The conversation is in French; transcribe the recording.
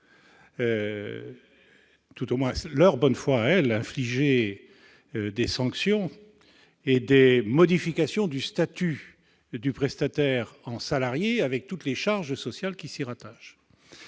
toute bonne foi, se voient infliger des sanctions et des modifications du statut du prestataire en salarié, avec toutes les charges sociales qui s'y rattachent.